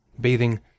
bathing